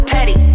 Petty